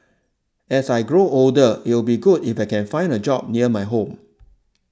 as I grow older it'll be good if I can find a job near my home